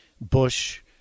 Bush